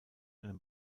einem